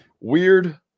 Weird